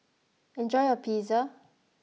enjoy your Pizza